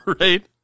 Right